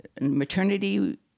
maternity